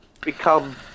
become